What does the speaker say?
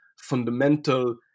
fundamental